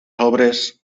obres